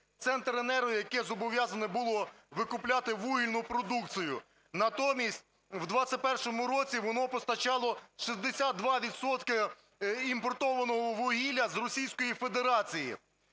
Центренерго, яке зобов'язано було викупляти вугільну продукцію. Натомість в 21-му році воно постачало 62 відсотки імпортованого вугілля з Російської Федерації.